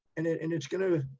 and it, and it's gonna,